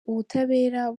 ubutabera